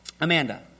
Amanda